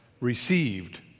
received